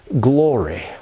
glory